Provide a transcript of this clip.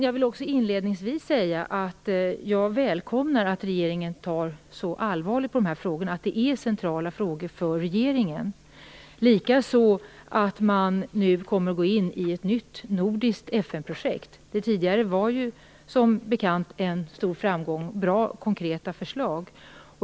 Jag vill också inledningsvis säga att jag välkomnar att regeringen tar så allvarligt på dessa frågor och att det är centrala frågor för regeringen, och likaså att man nu kommer att gå in i ett nytt nordiskt FN projekt. Det tidigare var som bekant en stor framgång med bra och konkreta förslag.